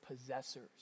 possessors